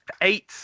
eight